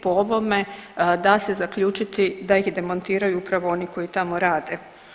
Po ovome da se zaključiti da ih demontiraju upravo oni koji tamo rade.